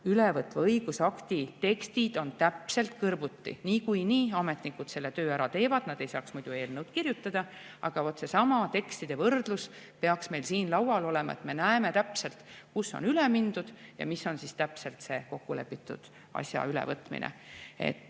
ülevõtva õigusakti tekstid on täpselt kõrvuti. Niikuinii ametnikud teevad selle töö ära, nad ei saaks muidu eelnõusid kirjutada, aga vot seesama tekstide võrdlus peaks meil siin laual olema, nii et me näeme täpselt, kus on üle mindud ja missugune see kokku lepitud asja ülevõtmine